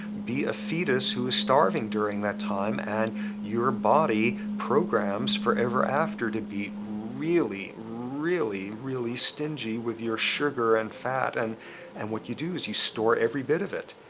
be a fetus who was starving during that time and your body programs forever after to be really, really really stingy with your sugar and fat and and what you do is you store every bit of it.